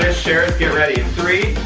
sharers? get ready. three,